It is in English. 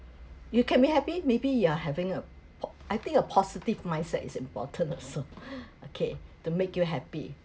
you kept me happy maybe you are having a I think a po~ positive mindset is important also okay to make you happy